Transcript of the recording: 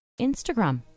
Instagram